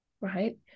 right